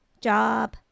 job